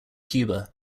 cuba